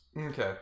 Okay